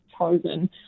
chosen